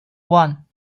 one